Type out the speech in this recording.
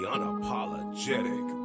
Unapologetic